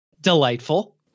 Delightful